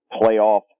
playoff